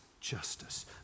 justice